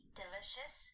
delicious